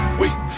wait